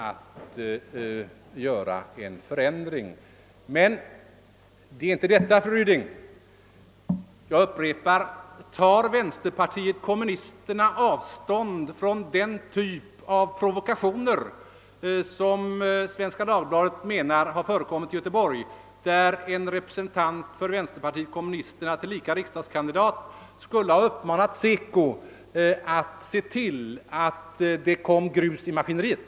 Det är emellertid inte detta saken gäller, fru Ryding. Jag upprepar min fråga: Tar vänsterpartiet kommunisterna avstånd från den typ av provokation som enligt referatet i Svenska Dagbladet hade förekommit i Göteborg där en representant för vänsterpartiet kommunisterna — tillika riksdagskandidat — skulle ha uppmanat SECO att se till att det kommer grus i maskineriet?